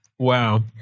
Wow